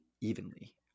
evenly